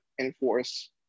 enforce